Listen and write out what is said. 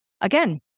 again